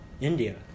India